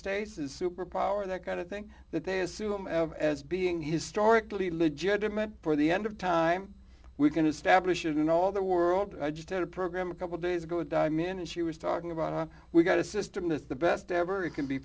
states is super power the the kind of thing that they assume as being historically legitimate for the end of time we can establish it in all the world i just had a program a couple days ago a dime in and she was talking about how we got a system is the best ever it can be